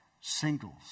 Singles